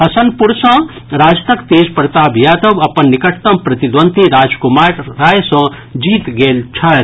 हसनपुर सॅ राजदक तेजप्रताप यादव अपन निकटतम प्रतिद्वंदी राजकुमार राय सॅ जीत गेल छथि